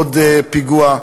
עוד פיגוע.